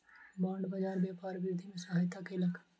bond बाजार व्यापार वृद्धि में सहायता केलक